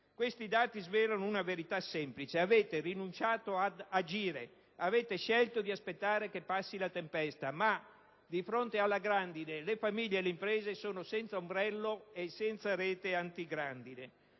questi dati svelano una verità semplice: voi avete rinunciato ad agire, scegliendo di aspettare che passi la tempesta. Però, di fronte alla grandine, le famiglie e le imprese sono senza ombrello e senza rete antigrandine.